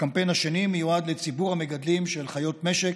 הקמפיין השני מיועד לציבור המגדלים של חיות משק,